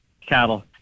cattle